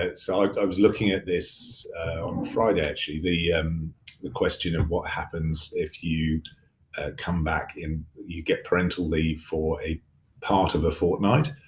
so like i was looking at this on friday actually, the the question of what happens if you come back in. you get parental leave for a part of a fortnight.